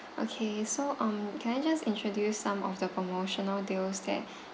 okay so um can I just introduce some of the promotional deals that